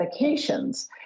medications